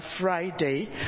Friday